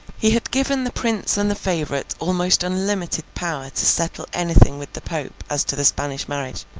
he had given the prince and the favourite almost unlimited power to settle anything with the pope as to the spanish marriage